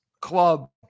club